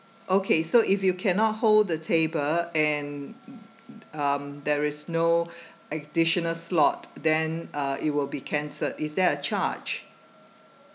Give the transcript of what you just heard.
okay so if you cannot hold the table and um there is no additional slot then uh it will be cancelled is there a charge